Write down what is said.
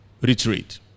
Retreat